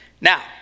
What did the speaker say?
Now